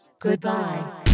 Goodbye